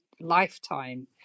lifetime